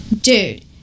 Dude